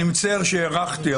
אני מצטער שהארכתי,